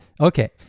Okay